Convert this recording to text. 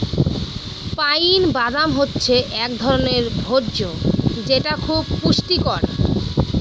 pine বাদাম হচ্ছে এক ধরনের ভোজ্য যেটা খুব পুষ্টিকর